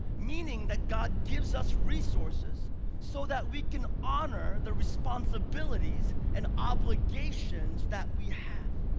meaning that god gives us resources so that we can honor the responsibilities and obligations that we have.